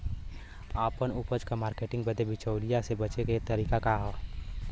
आपन उपज क मार्केटिंग बदे बिचौलियों से बचे क तरीका का ह?